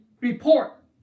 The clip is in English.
report